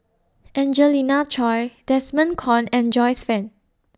Angelina Choy Desmond Kon and Joyce fan